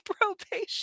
probation